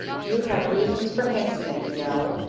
you have reasons for hastening, you know.